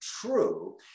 true